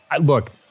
Look